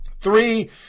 Three